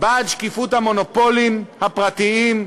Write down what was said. בעד שקיפות המונופולים הפרטיים,